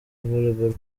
volleyball